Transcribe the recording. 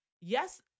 yes